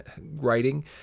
writing